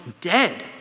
dead